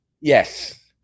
Yes